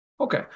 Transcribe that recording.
Okay